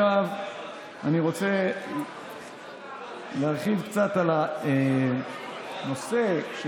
עכשיו אני רוצה להרחיב קצת על הנושא של